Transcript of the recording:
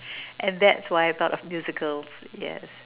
and that's why I thought of musicals yes